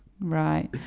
Right